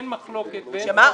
אין מחלוקת ואין --- שמה?